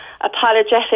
apologetic